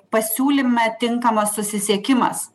pasiūlyme tinkamas susisiekimas